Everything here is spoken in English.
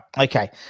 okay